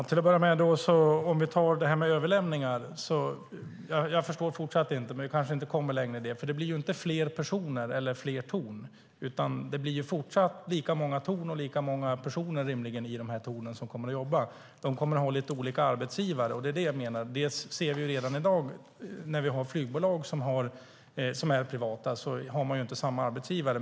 Fru talman! Låt oss först se på frågan om överlämningar. Jag förstår fortfarande inte, men vi kanske inte kommer längre i frågan. Det blir inte fler personer eller fler torn. Det kommer även i fortsättningen att vara lika många torn och rimligen lika många personer som kommer att jobba i tornen. De kommer att ha lite olika arbetsgivare. Vi ser redan i dag privata flygbolag, och de har inte samma arbetsgivare.